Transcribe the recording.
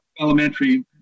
elementary